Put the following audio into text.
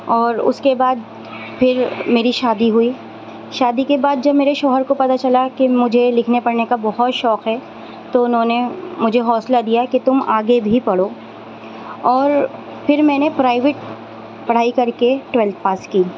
اور اس کے بعد پھر میری شادی ہوئی شادی کے بعد جب میرے شوہر کو پتا چلا کہ مجھے لکھنے پڑھنے کا بہت شوق ہے تو انہوں نے مجھے حوصلہ دیا کہ تم آگے بھی پڑھو اور پھر میں نے پرائیویٹ پڑھائی کر کے ٹوئلتھ پاس کی